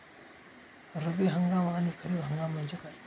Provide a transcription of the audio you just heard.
रब्बी हंगाम आणि खरीप हंगाम म्हणजे काय?